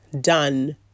done